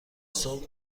صبح